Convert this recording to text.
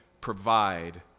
provide